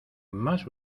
más